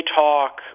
talk